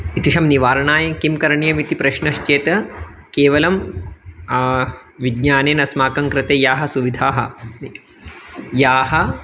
एतेषां निवारणाय किं करणीयमिति प्रश्नश्चेत् केवलं विज्ञानेन अस्माकं कृते याः सुविधाः याः